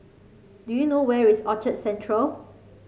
do you know where is Orchard Central